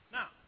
Now